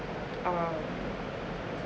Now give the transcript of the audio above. um